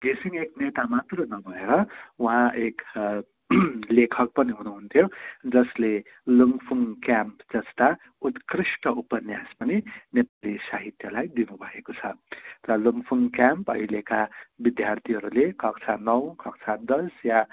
घिसिङ एक नेता मात्र नभएर उहाँ एक लेखक पनि हुनुहुन्थ्यो जसले लुङखुङ क्याम्प जस्ता उत्कृष्ट उपन्यास पनि नेपाली साहित्यलाई दिनु भएको छ लुङखुङ क्याम्प अहिलेका विद्यार्थीहरूले कक्षा नौ कक्षा दस या